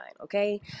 okay